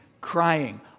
crying